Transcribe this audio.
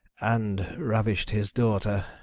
and ravished his daughter.